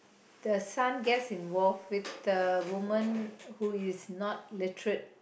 the son gets involved with the woman who is not literate